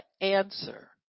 answer